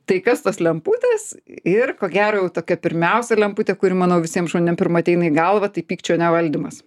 tai kas tos lemputės ir ko gero jau tokia pirmiausia lemputė kuri manau visiem žmonėm pirma ateina į galvą tai pykčio nevaldymas